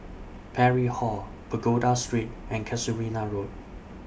Parry Hall Pagoda Street and Casuarina Road